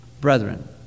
brethren